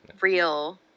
real